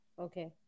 okay